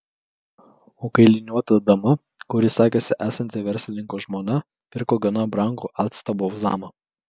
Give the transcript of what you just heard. o kailiniuota dama kuri sakėsi esanti verslininko žmona pirko gana brangų acto balzamą